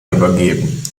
übergehen